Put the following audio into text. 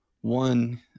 one